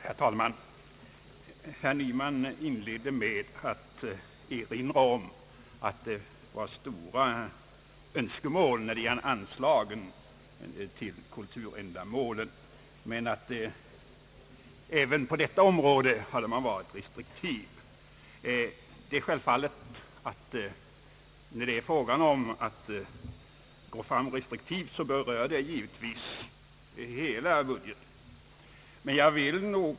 Herr talman! Herr Nyman inledde sitt anförande med att erinra om att det fanns stora önskemål när det gäller anslagen till kulturändamål men att man även på detta område hade varit restriktiv. När det är fråga om att gå restriktivt fram så berör det givetvis hela budgeten.